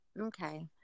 Okay